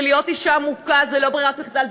שלהיות אישה מוכה זה לא ברירת מחדל,